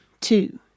two